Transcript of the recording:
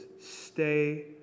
stay